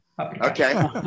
Okay